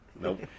Nope